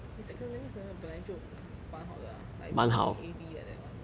his academics 那个本来就他蛮好的 ah like B A B like that [one]